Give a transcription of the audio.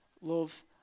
love